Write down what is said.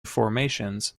formations